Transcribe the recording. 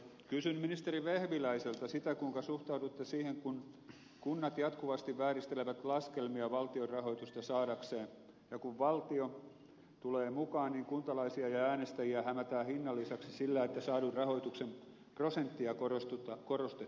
kysyn ministeri vehviläiseltä sitä kuinka suhtaudutte siihen että kunnat jatkuvasti vääristelevät laskelmia valtionrahoitusta saadakseen ja kun valtio tulee mukaan niin kuntalaisia ja äänestäjiä hämätään hinnan lisäksi sillä että saadun rahoituksen prosenttia korostetaan